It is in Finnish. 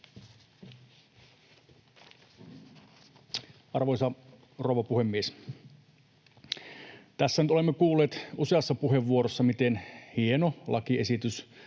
Arvoisa rouva puhemies! Tässä nyt olemme kuulleet useassa puheenvuorossa, miten hieno lakiesitys